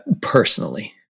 personally